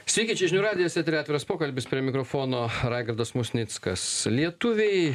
sveiki čia žinių radijas eteryje atviras pokalbis prie mikrofono raigardas musnickas lietuviai